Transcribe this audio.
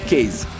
Case